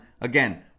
Again